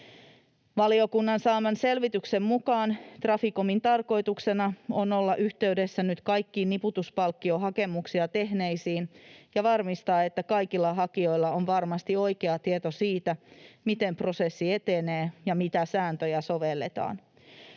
Valiokunnan saaman selvityksen mukaan Traficomin tarkoituksena on olla yhteydessä nyt kaikkiin niputuspalkkiohakemuksia tehneisiin ja varmistaa, että kaikilla hakijoilla on varmasti oikea tieto siitä, miten prosessi etenee ja mitä sääntöjä sovelletaan.